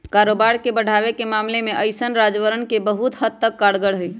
कारोबार के बढ़ावे के मामले में ऐसन बाजारवन बहुत हद तक कारगर हई